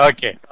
Okay